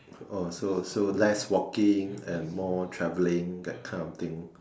oh so so less walking and more travelling that kind of thing